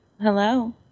Hello